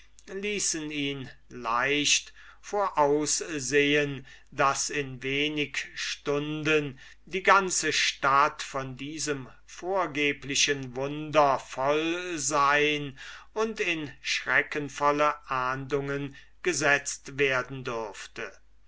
ließen ihn leicht voraussehen daß in wenig stunden die ganze stadt von diesem vorgeblichen wunder voll sein und in schreckenvolle ahndungen gesetzt werden würde